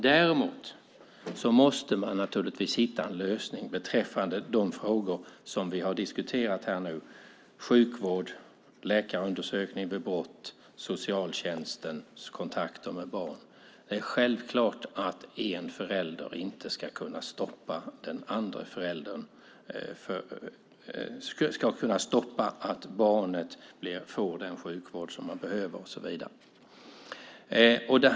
Däremot måste man naturligtvis hitta en lösning beträffande de frågor som vi har diskuterat här nu: sjukvård, läkarundersökning vid brott, socialtjänstens kontakter med barn. Det är självklart att en förälder inte ska kunna stoppa att barnet får den sjukvård som det behöver och så vidare.